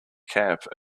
camp